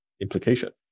implication